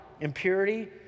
impurity